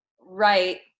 right